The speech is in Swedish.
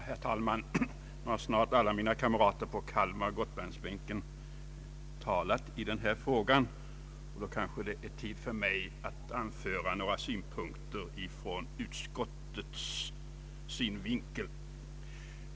Herr talman! När snart alla mina kamrater på Kalmaroch Gotlandsbänken har talat i denna fråga, är det kanske tid för mig att anföra några synpunkter från utskottei.